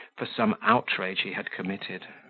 for some outrage he had committed.